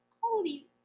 holy